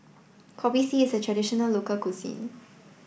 Kopi C is a traditional local cuisine